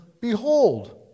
behold